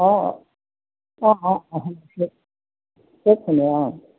অঁ অঁ অঁ অঁ